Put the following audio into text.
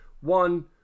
One